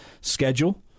schedule